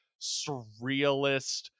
surrealist